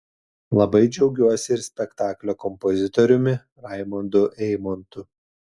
labai džiaugiuosi ir spektaklio kompozitoriumi raimundu eimontu